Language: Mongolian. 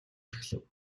эхлэв